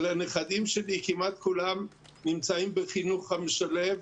אבל כמעט כולם נמצאים בחינוך המשלב,